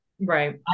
right